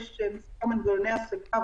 יש מנגנוני השגה,